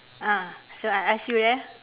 ah so I ask you ya